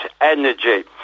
energy